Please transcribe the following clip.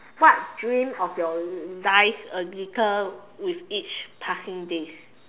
what dream of your dies a little with each passing day